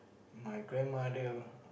my grandmother